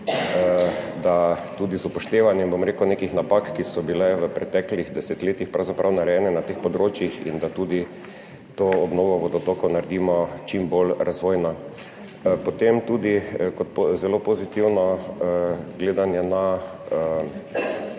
da tudi z upoštevanjem, bom rekel, nekih napak, ki so bile v preteklih desetletjih pravzaprav narejene na teh področjih in da tudi to obnovo vodotokov naredimo čim bolj razvojno, potem tudi kot zelo pozitivno gledanje na Naturo